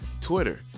Twitter